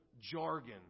jargon